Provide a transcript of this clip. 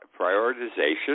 prioritization